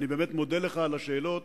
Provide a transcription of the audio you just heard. אני באמת מודה לך על השאלות,